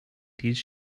these